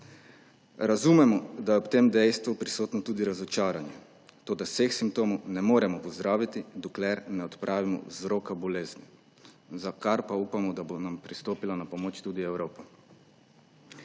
Razumemo, da je ob tem dejstvu prisotno tudi razočaranje, toda vseh simptomov ne moremo pozdraviti, dokler ne odpravimo vzroka bolezni, za kar pa upamo, da nam bo pristopila na pomoč tudi Evropa.